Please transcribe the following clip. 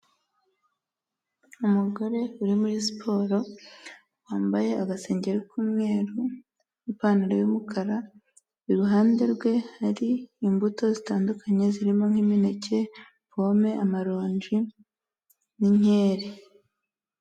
Umugore uri muri siporo wambaye agasengeri k'umweru n'ipantaro y'umukara, i ruhande rwe hari imbuto zitandukanye zirimo nk'imineke, pome, amaronji n'inkeri.